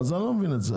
אז אני לא מבין את זה.